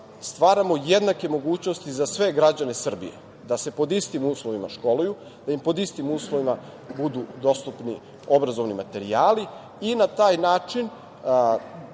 stvaramo jednake mogućnosti za sve građane Srbije da se pod istim uslovima školuju, da im pod istim uslovima budu dostupni obrazovni materijali i na taj način